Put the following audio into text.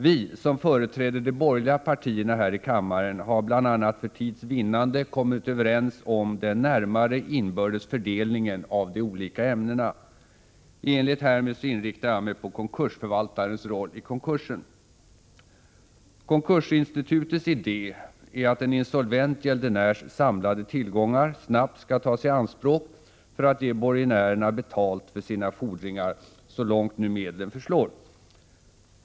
Vi som företräder de borgerliga partierna här i kammaren har — bl.a. för tids vinnande — kommit överens om den närmare inbördes fördelningen av de olika ämnena. I enlighet härmed inriktar jag mig på konkursförvaltarens roll i konkursen. Konkursinstitutets idé är att en insolvent gäldenärs samlade tillgångar snabbt skall tagas i anspråk för att ge borgenärerna betalt för deras fordringar så långt nu medlen förslår.